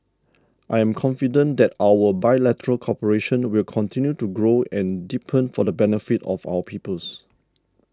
I'm confident that our bilateral cooperation will continue to grow and deepen for the benefit of our peoples